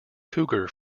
cougar